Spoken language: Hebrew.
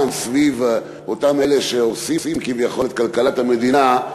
סביב אותם אלה שהורסים כביכול את כלכלת המדינה,